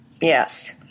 yes